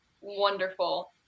wonderful